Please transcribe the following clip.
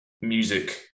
music